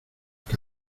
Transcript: que